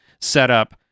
setup